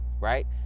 right